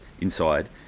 inside